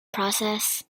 process